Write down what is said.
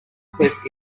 cliff